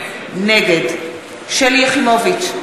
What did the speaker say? נגד שלי יחימוביץ,